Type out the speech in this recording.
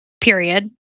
period